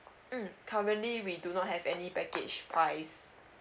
mm currently we do not have any package price